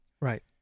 Right